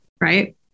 Right